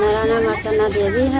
मेरा नाम अर्चना देवी है